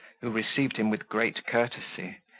who received him with great courtesy,